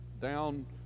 down